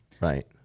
Right